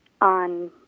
on